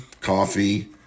coffee